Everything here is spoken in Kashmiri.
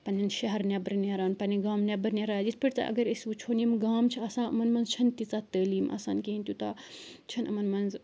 پننٮ۪ن شہر نیٚبرٕ نیران پننٮ۪ن گام نیٚبر نیران یِتھ پٲٹھۍ تہِ اگر أسۍ وٕچھو یم گام چھِ آسان یِمن منٛز چھنہٕ تیٖژاہ تعلیٖم آسان کہیٖنۍ تہِ تیوٗتاہ چھَنہٕ یِمن منٛز